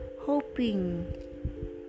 hoping